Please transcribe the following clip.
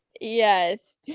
Yes